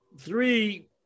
three